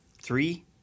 Three